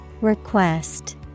Request